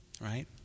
Right